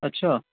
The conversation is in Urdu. اچھا